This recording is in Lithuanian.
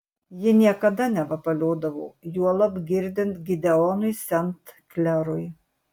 ji niekada nevapaliodavo juolab girdint gideonui sent klerui